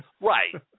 Right